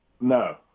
No